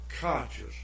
conscious